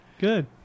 Good